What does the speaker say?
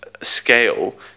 scale